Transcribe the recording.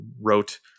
wrote